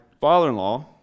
father-in-law